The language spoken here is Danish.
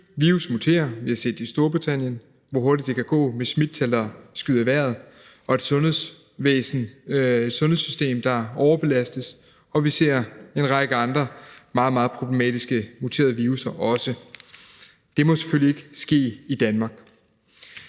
Virus muterer, og vi har set i Storbritannien, hvor hurtigt det kan gå med smittetal, der skyder i vejret, og et sundhedssystem, der overbelastes. Og vi ser også en række andre meget, meget problematiske muterede virusser. Det må selvfølgelig ikke ske i Danmark.